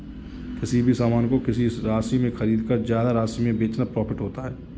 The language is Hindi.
किसी भी सामान को किसी राशि में खरीदकर ज्यादा राशि में बेचना प्रॉफिट होता है